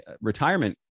retirement